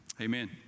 amen